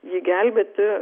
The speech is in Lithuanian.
jį gelbėti